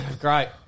Great